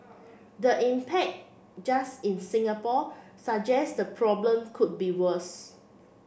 the impact just in Singapore suggests the problem could be worse